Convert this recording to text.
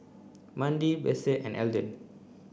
Mandi Besse and Elden